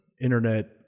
internet